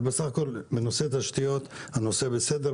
אבל בס הכול, בנושא תשתיות הנושא בסדר.